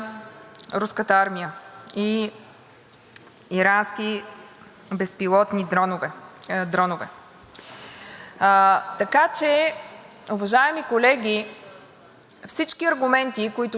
Така че, уважаеми колеги, всички аргументи, които чухме от тези, които – и това е тяхно право, не го отричам, няма да подкрепят този проект на решение,